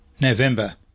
November